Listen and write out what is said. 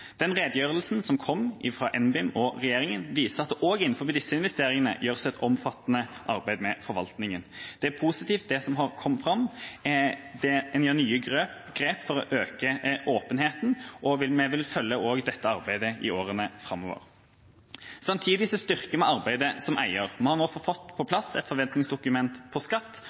Den redegjørelsen som kom fra NBIM og regjeringa, viser at det også innenfor disse investeringene gjøres et omfattende arbeid med forvaltningen. Det er positivt, det som har kommet fram om at en gjør nye grep for å øke åpenheten, og vi vil følge også dette arbeidet i årene framover. Samtidig styrker vi arbeidet som eier. Vi har nå fått på plass et forventningsdokument om skatt,